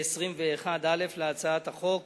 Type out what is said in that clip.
ו-(21)(א) להצעת החוק.